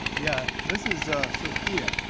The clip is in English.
yeah, this is sophia.